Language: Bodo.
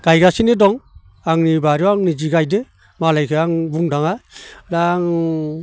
गायगासिनो दं आंनि बारियाव आं निजे गायदों मालायखौ आं बुंनो थाङा दा आं